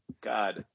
god